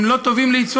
הוא לא טוב ליצואנים,